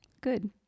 Good